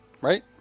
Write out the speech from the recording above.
Right